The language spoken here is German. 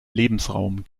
lebensraum